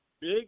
Big